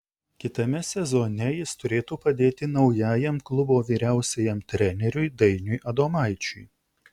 kitame sezone jis turėtų padėti naujajam klubo vyriausiajam treneriui dainiui adomaičiui